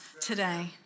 today